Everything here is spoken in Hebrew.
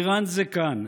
איראן זה כאן.